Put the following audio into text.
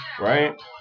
right